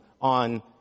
on